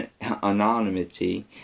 anonymity